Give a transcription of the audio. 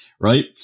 Right